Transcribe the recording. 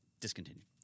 Discontinued